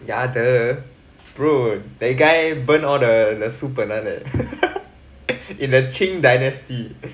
ya the bro the guy burn all the 书本 [one] right in the qing dynasty